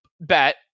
bet